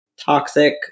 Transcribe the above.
toxic